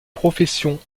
professions